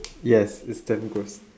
yes it's damn gross